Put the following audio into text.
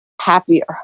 happier